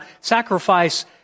sacrifice